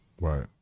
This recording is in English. right